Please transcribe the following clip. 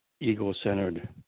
Ego-centered